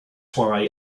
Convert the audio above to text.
why